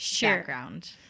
background